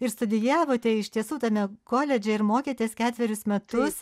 ir studijavote iš tiesų tame koledže ir mokėtės ketverius metus